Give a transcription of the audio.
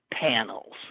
panels